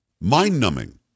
mind-numbing